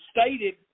stated